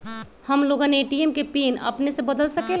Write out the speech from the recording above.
हम लोगन ए.टी.एम के पिन अपने से बदल सकेला?